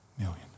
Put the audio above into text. Million